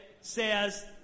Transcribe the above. says